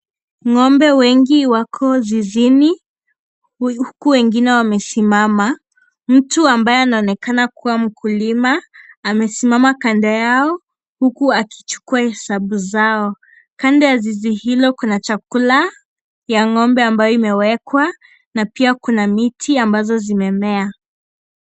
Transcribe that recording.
Ng'ombe wengi wako zizini huku wengine wamesimama, mtu ambaye anaonekana kuwa mkulima amesimama kando yao huku akichukua hesabu zao, kando ya zizi hilo kuna chakula ya ng'ombe ambayo imewekwa na pia kuna miti ambazo zimemea.